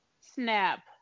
snap